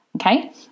okay